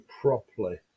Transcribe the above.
properly